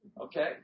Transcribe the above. Okay